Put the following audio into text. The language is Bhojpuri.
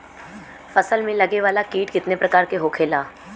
फसल में लगे वाला कीट कितने प्रकार के होखेला?